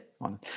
on